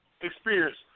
experience